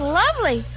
lovely